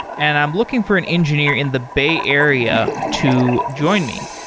and i'm looking for an engineer in the bay area to join me.